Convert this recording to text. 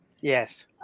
Yes